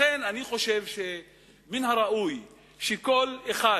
לכן אני חושב שמן הראוי שכל אחד